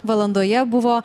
valandoje buvo